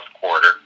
quarter